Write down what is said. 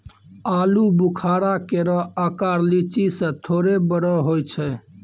आलूबुखारा केरो आकर लीची सें थोरे बड़ो होय छै